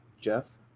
Jeff